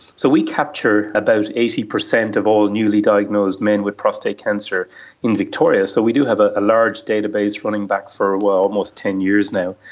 so we capture about eighty percent of all newly diagnosed men with prostate cancer in victoria, so we do have a large database running back for ah almost ten years now.